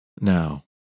Now